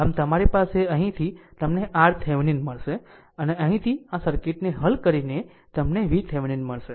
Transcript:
આમ તમારી પાસે અહીંથી તમને RThevenin મળશે અને અહીંથી આ સર્કિટને હલ કરીને તમને VThevenin મળશે